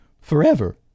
forever